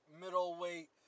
middleweight